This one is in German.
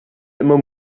immer